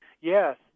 Yes